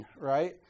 right